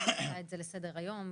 היא העלתה את זה לסדר היום.